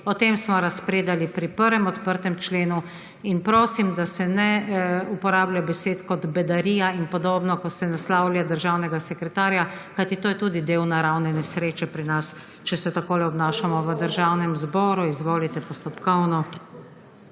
O tem smo razpredali pri prvem odprtem členu in prosim, da se ne uporablja besed kot bedarija in podobno, ko se naslavlja državnega sekretarja, kajti to je tudi del naravne nesreče pri nas, če se takole obnašamo v Državnem zboru. Izvolite, postopkovno.